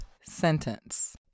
sentence